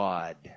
God